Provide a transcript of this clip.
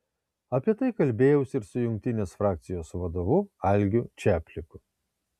apie tai kalbėjausi ir su jungtinės frakcijos vadovu algiu čapliku